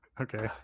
okay